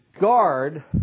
guard